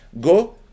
go